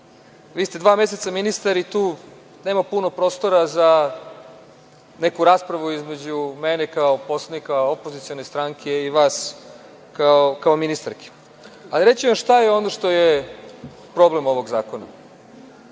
Vi ste dva meseca ministar i tu nema puno prostora za neku raspravu između mene, kao poslanika opozicione stranke, i vas kao ministarke. Reći ću vam šta je ono što je problem ovog zakona.